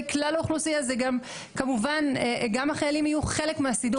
כלל האוכלוסייה זה גם כמובן גם החיילים יהיו חלק מהסידור.